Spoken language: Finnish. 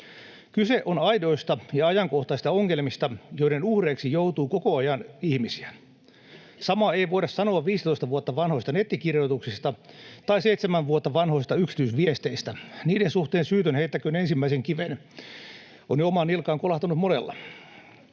Kyse on aidoista ja ajankohtaisista ongelmista, joiden uhreiksi joutuu koko ajan ihmisiä. Samaa ei voida sanoa 15 vuotta vanhoista nettikirjoituksista tai 7 vuotta vanhoista yksityisviesteistä. Niiden suhteen syytön heittäköön ensimmäisen kiven — on jo omaan nilkkaan kolahtanut monella.